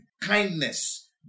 kindness